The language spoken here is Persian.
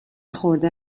خورده